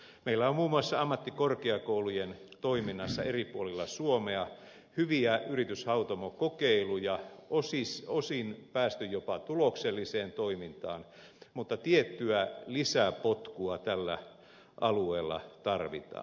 meillä on muun muassa ammattikorkeakoulujen toiminnassa eri puolilla suomea hyviä yrityshautomokokeiluja on osin päästy jopa tulokselliseen toimintaan mutta tiettyä lisäpotkua tällä alueella tarvitaan